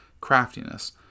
craftiness